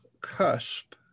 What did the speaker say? cusp